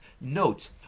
Note